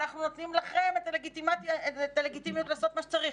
אנחנו נותנים לכם את הלגיטימיות לעשות מה שצריך.